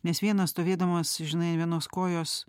nes vienas stovėdamas žinai vienos kojos